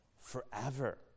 forever